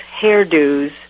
hairdos